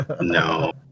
No